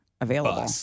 available